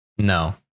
No